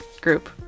group